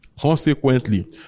Consequently